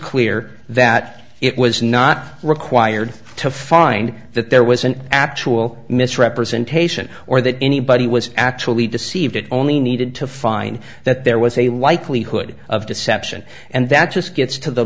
clear that it was not required to find that there was an actual misrepresentation or that anybody was actually deceived it only needed to find that there was a likelihood of deception and that just gets to the